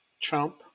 Trump